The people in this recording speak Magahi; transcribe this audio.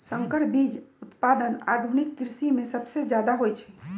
संकर बीज उत्पादन आधुनिक कृषि में सबसे जादे होई छई